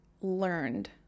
learned